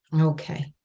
okay